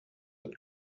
and